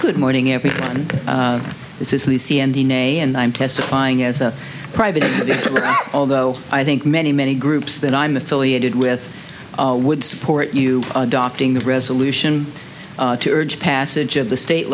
good morning everyone this is the c n d nay and i'm testifying as a private although i think many many groups that i'm affiliated with would support you adopting the resolution to urge passage of the state